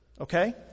okay